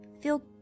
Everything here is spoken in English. feel